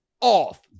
off